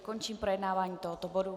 Končím projednávání tohoto bodu.